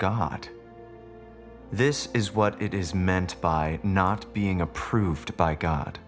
god this is what it is meant by not being approved by god